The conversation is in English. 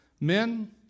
Men